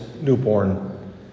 newborn